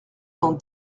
dans